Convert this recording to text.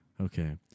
Okay